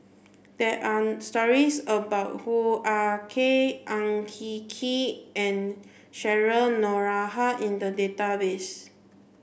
there are stories about Hoo Ah Kay Ang Hin Kee and Cheryl Noronha in the database